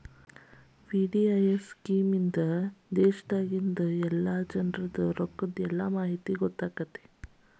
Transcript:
VDIS scheme ಇಂದಾ ದೇಶದ್ ಮಂದಿ ರೊಕ್ಕದ್ ಎಲ್ಲಾ ಮಾಹಿತಿ ಗೊತ್ತಾಗತ್ತ